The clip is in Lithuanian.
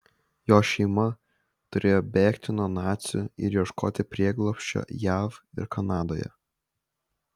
jo šeima turėjo bėgti nuo nacių ir ieškoti prieglobsčio jav ir kanadoje